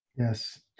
Yes